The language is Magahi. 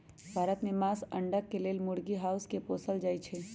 भारत में मास, अण्डा के लेल मुर्गी, हास के पोसल जाइ छइ